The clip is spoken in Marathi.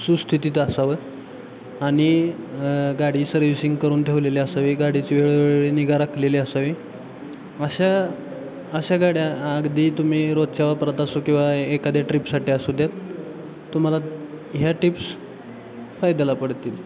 सुस्थितीत असावं आणि गाडी सर्विसिंग करून ठेवलेली असावी गाडीची वेळोवेळी निगा राखलेली असावी अशा अशा गाड्या अगदी तुम्ही रोजच्या वापरत असो किंवा एखादी ट्रीपसाठी असूद्यात तुम्हाला ह्या टिप्स फायद्याला पडतील